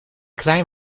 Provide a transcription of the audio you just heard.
klein